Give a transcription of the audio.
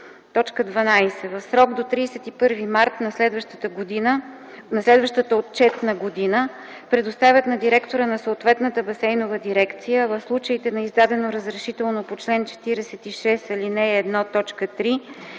в срок до 31 март на следващата отчетна година предоставят на директора на съответната басейнова дирекция, а в случаите на издадено разрешително по чл. 46, ал. 1,